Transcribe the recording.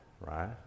right